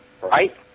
Right